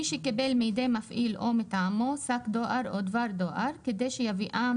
מי שקיבל מידי פעיל או מטעמו שק דואר או דבר דואר כדי שיביאם